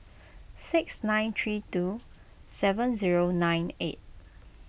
six nine three two seven zero nine eight